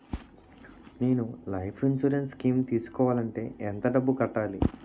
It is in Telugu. నేను లైఫ్ ఇన్సురెన్స్ స్కీం తీసుకోవాలంటే ఎంత డబ్బు కట్టాలి?